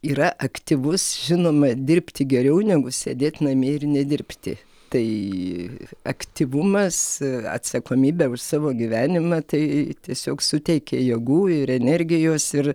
yra aktyvus žinoma dirbti geriau negu sėdėt namie ir nedirbti tai aktyvumas atsakomybė už savo gyvenimą tai tiesiog suteikia jėgų ir energijos ir